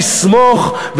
לכם?